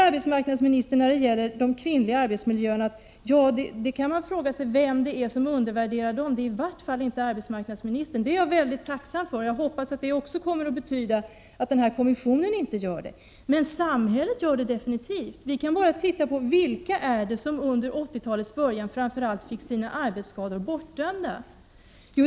Arbetsmarknadsministern säger när det gäller de kvinnliga arbetsmiljöerna att man kan fråga sig vem det är som undervärderar dessa. Det är i varje fall inte arbetsmarknadsministern, säger hon. Det är jag väldigt tacksam för, och jag hoppas att det betyder att kommissionen inte undervärderar dessa miljöer. Men samhället undervärderar definitivt de kvinnliga arbetsmiljöerna. Vi kan se efter vilka det var som i början av 80-talet främst fick sina arbetsskador bortdömda.